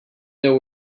know